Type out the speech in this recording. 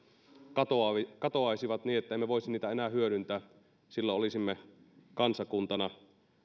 katoaisivat katoaisivat niin että emme voisi niitä enää hyödyntää silloin olisimme kansakuntana